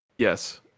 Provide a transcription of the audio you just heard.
Yes